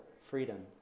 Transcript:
freedom